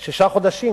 לפני שישה חודשים.